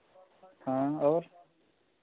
हाँ और